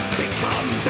become